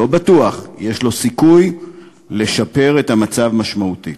לא בטוח, אבל יש לו סיכוי, לשפר את המצב משמעותית.